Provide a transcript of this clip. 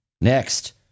Next